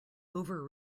over